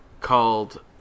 called